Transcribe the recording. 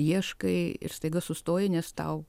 ieškai ir staiga sustoji nes tau